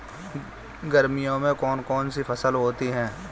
गर्मियों में कौन कौन सी फसल होती है?